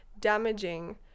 damaging